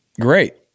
Great